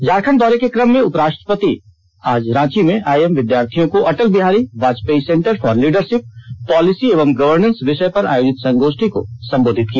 झारखंड दौरे के कम में उपराष्ट्रपति आज रांची में आईआईएम विद्यार्थियों को Atal Bihari Vajpayee centre for leadership policy एवं गर्वनेस विषय पर आयोजित संगोष्ठी को संबोधित किया